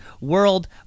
world